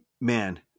man